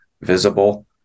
visible